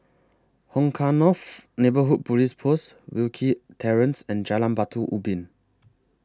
Hong Kah North Neighbourhood Police Post Wilkie Terrace and Jalan Batu Ubin